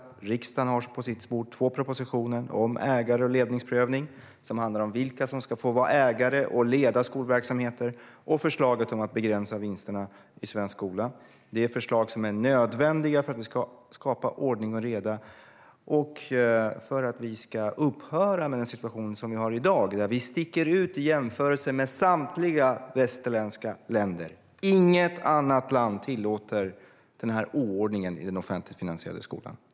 Riksdagen har två propositioner på sitt bord. Den ena förslaget gäller ägar och ledningsprövning och handlar om vilka som ska få vara ägare och leda skolverksamheter. Det andra förslaget gäller begränsning av vinsterna i svensk skola. Detta är förslag som är nödvändiga för att skapa ordning och reda och för att den situation som vi har i dag ska upphöra. Vi sticker ut i jämförelse med samtliga västerländska länder. Inget annat land tillåter denna oordning inom den offentligt finansierade skolan.